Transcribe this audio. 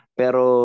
pero